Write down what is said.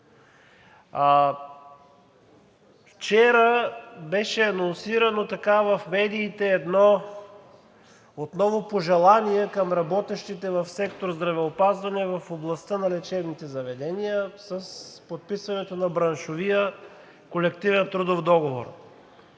Вчера беше анонсирано в медиите едно отново пожелание към работещите в сектор „Здравеопазване“ в областта на лечебните заведения с подписването на Браншовия колективен трудов договор.